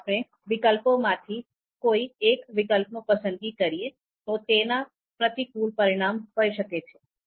જો આપણે વિકલ્પો માંથી કોઈ એક વિકલ્પ નો પસંદગી કરીએ તો તેના પ્રતિકૂળ પરિણામ હોઈ શકે છે